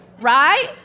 Right